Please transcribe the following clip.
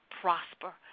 prosper